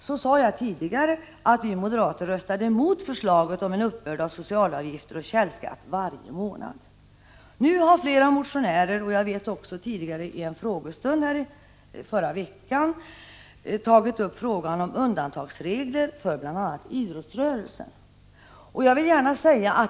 Som jag sade tidigare röstade vi moderater mot förslaget om en uppbörd av socialavgifter och källskatt varje månad. Nu har flera motionärer föreslagit undantagsregler för bl.a. idrottsrörelsen, och jag vet att detta också togs upp i en frågestund här i förra veckan.